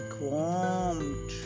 warm